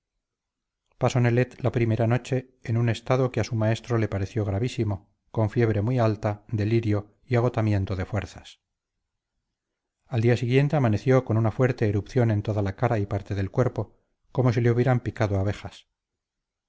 sobresalto pasó nelet la primera noche en un estado que a su maestro le pareció gravísimo con fiebre muy alta delirio y agotamiento de fuerzas al día siguiente amaneció con una fuerte erupción en toda la cara y parte del cuerpo como si le hubieran picado abejas